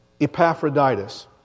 Epaphroditus